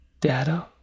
data